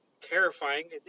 terrifying